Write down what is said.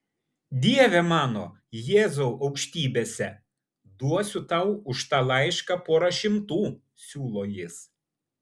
dieve mano jėzau aukštybėse duosiu tau už tą laišką porą šimtų siūlo jis